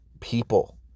People